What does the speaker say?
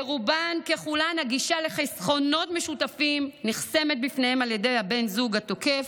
לרובן ככולן הגישה לחסכונות משותפים נחסמת בפניהן על ידי הבן זוג התוקף,